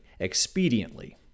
expediently